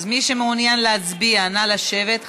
מי שמעוניין להצביע, נא לשבת.